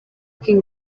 king